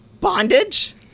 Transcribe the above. bondage